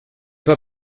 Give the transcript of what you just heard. pas